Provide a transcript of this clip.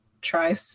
try